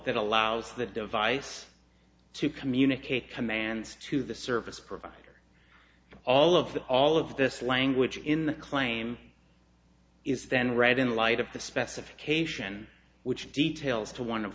that allows the device to communicate commands to the service provider all of that all of this language in the claim is then read in light of the specification which details to one of